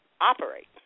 operate